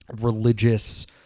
religious